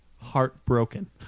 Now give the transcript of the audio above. heartbroken